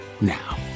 now